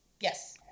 Yes